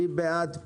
אני בעד.